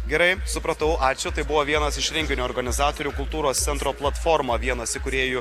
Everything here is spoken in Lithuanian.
gerai supratau ačiū tai buvo vienas iš renginio organizatorių kultūros centro platforma vienas įkūrėjų